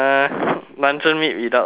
luncheon meat without the seaweed